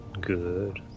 Good